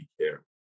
care